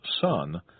son